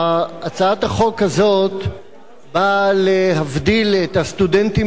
הצעת החוק הזאת באה להבדיל את הסטודנטים